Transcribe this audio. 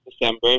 December